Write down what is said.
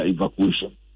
evacuation